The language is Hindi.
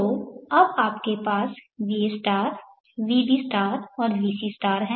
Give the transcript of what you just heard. तो अब आपके पास va vb और vc है